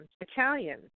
Italian